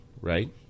right